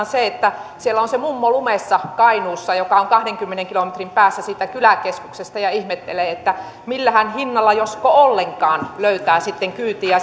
se että siellä on se mummo lumessa kainuussa joka on kahdenkymmenen kilometrin päässä kyläkeskuksesta ja ihmettelee että millähän hinnalla josko ollenkaan löytää kyytiä